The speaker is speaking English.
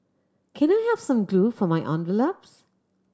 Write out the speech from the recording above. can I have some glue for my envelopes